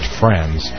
friends